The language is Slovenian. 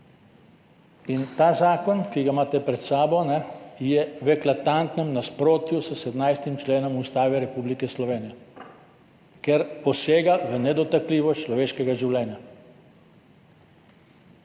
In ta zakon, ki ga imate pred sabo, je v eklatantnem nasprotju s 17. členom Ustave Republike Slovenije, ker posega v nedotakljivost človeškega življenja.